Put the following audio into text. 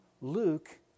Luke